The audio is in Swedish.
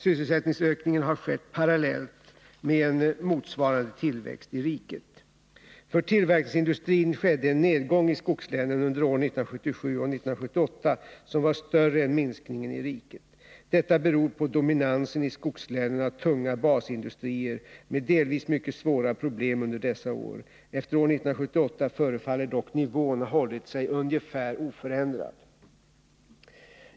Sysselsättningsökningen har skett parallellt med en motsvarande tillväxt i riket. För tillverkningsindustrin skedde en nedgång i skogslänen under åren 1977 och 1978 som var större än minskningen i riket. Detta beror på dominansen i skogslänen av tunga basindustrier med delvis mycket svåra problem under dessa år. Efter år 1978 förefaller dock nivån ha hållit sig ungefär oförändrad.